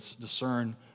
discern